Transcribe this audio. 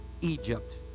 Egypt